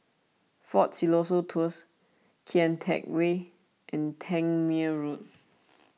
fort Siloso Tours Kian Teck Way and Tangmere Road